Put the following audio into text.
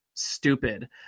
Stupid